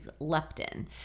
leptin